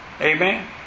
Amen